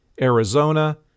Arizona